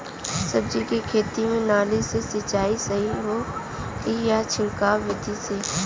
सब्जी के खेती में नाली से सिचाई सही होई या छिड़काव बिधि से?